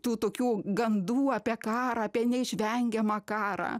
tų tokių gandų apie karą apie neišvengiamą karą